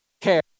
care